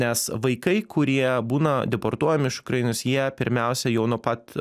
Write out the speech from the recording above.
nes vaikai kurie būna deportuojami iš ukrainos jie pirmiausia jau nuo pat